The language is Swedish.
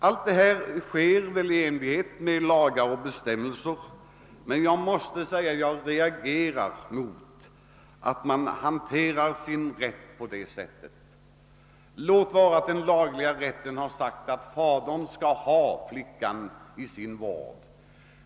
Allt detta sker väl i enlighet med lagar och bestämmelser, men jag reagerar mot att rätten begagnas på detta sätt, låt vara att det enligt lag beslutats att fadern skall ha flickan i sin vård.